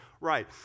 Right